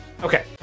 Okay